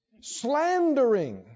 slandering